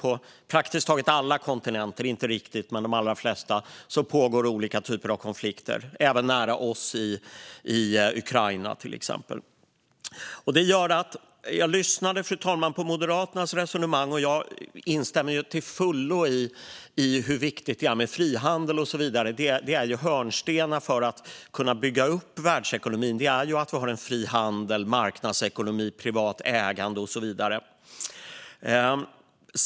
Inte på riktigt alla kontinenter men på de allra flesta pågår olika typer av konflikter, även nära oss, till exempel i Ukraina. Jag lyssnade, fru talman, på Moderaternas resonemang. Jag instämmer till fullo i hur viktigt det är med frihandel och så vidare. Det är en hörnsten. För att vi ska kunna bygga upp världsekonomin behöver vi ha fri handel, marknadsekonomi, privat ägande och så vidare.